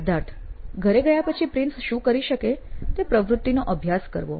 સિદ્ધાર્થ ઘરે ગયા પછી પ્રિન્સ શું કરી શકે છે તે પ્રવૃત્તિનો અભ્યાસ કરવો